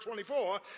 24